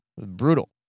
Brutal